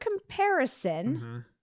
comparison